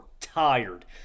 tired